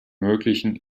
möglichen